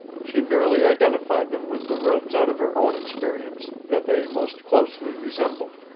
she merely identified them with the rooms out of her own experience that they most closely resembled.